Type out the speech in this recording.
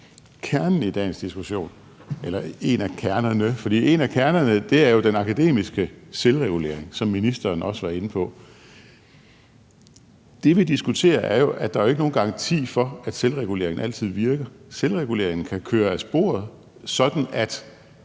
kernen i denne diskussion – eller en af kernerne, for en af kernerne er jo den akademiske selvregulering, som ministeren også var inde på. Det, vi diskuterer, er jo, at der ikke er nogen garanti for, at selvreguleringen altid virker. Selvreguleringen kan køre af sporet, sådan at